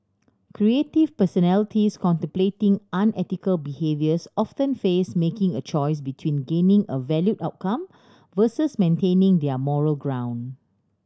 creative personalities contemplating unethical behaviours often face making a choice between gaining a valued outcome versus maintaining their moral ground